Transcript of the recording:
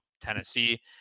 Tennessee